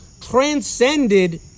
transcended